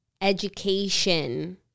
Education